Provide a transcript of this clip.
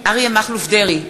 אריה מכלוף דרעי,